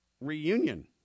reunion